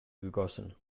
gegossen